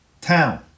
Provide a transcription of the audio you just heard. town